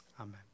Amen